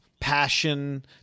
passion